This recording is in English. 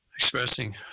expressing